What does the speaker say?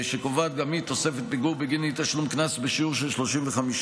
שקובעת גם היא תוספת פיגור בגין אי-תשלום קנס בשיעור של 35%,